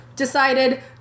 decided